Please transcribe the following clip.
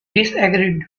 disagreed